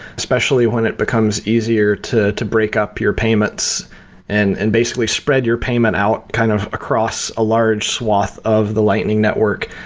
especially when it becomes easier to to break up your payments and and basically spread your payment out kind of across a large swath of the lightning network,